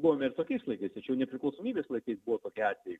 buvome ir tokiais laikais tačiau nepriklausomybės laikais buvo tokie atvejai